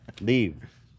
leave